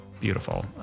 Beautiful